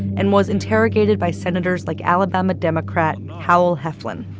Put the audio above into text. and was interrogated by senators like alabama democrat howell heflin.